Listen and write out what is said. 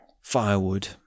firewood